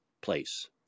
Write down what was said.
place